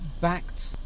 backed